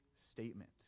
statement